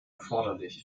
erforderlich